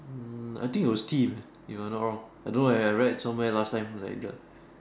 mm I think it was tea if I'm not wrong I don't know I read somewhere last time like the